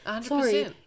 sorry